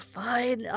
fine